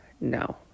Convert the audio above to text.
No